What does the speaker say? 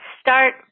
start